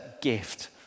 gift